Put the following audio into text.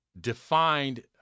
defined